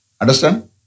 Understand